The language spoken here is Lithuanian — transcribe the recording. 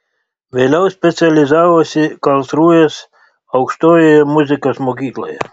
vėliau specializavosi karlsrūhės aukštojoje muzikos mokykloje